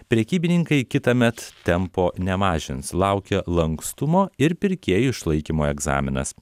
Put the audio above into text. prekybininkai kitąmet tempo nemažins laukia lankstumo ir pirkėjų išlaikymo egzaminas